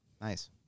Nice